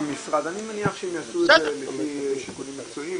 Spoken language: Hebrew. אני מניח שהם יעשו את זה לפי שיקולים מקצועיים.